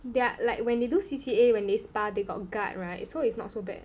they are like when they do C_C_A when they spar they got guard right so it's not so bad